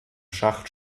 schacht